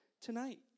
tonight